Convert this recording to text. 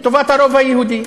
לטובת הרוב היהודי,